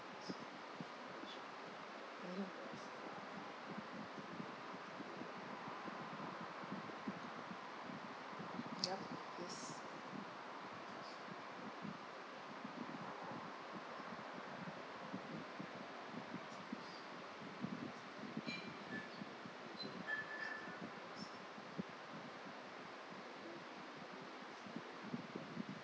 yup it is